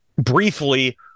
briefly